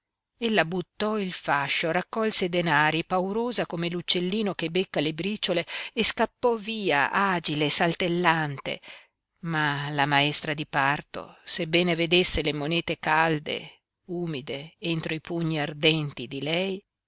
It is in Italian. sparve ella buttò il fascio raccolse i denari paurosa come l'uccellino che becca le briciole e scappò via agile saltellante ma la maestra di parto sebbene vedesse le monete calde umide entro i pugni ardenti di lei